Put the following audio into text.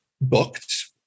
booked